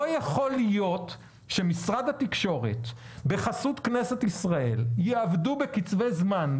לא יכול להיות שמשרד התקשורת בחסות כנסת ישראל יעבדו בקצבי זמן,